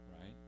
right